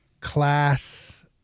class